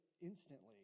instantly